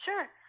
Sure